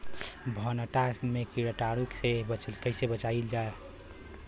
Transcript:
भनटा मे कीटाणु से कईसे बचावल जाई?